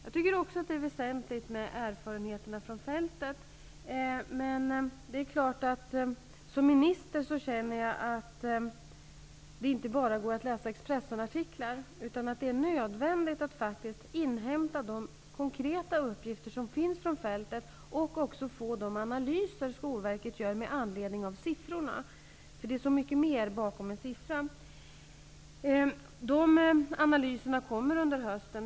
Jag tycker också att det är väsentligt med erfarenheterna från fältet. Men det är klart att jag som minister känner att det inte går att läsa bara Expressenartiklar. Det är nödvändigt att faktiskt inhämta de konkreta uppgifter som finns från fältet och också få de analyser som Skolverket gör med anledning av siffrorna. Det finns nämligen så mycket bakom siffrorna. Dessa analyser kommer under hösten.